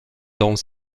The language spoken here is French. dans